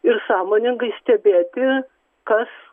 ir sąmoningai stebėti kas